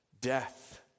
Death